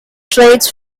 threats